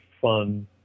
fun